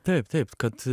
taip taip kad